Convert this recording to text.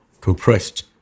compressed